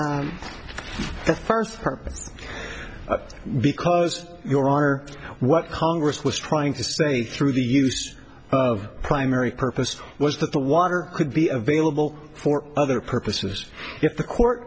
purpose because your are what congress was trying to say through the use of primary purpose was that the water could be available for other purposes if the court